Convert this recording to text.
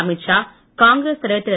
அமித்ஷா காங்கிரஸ் தலைவர் திரு